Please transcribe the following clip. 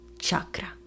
chakra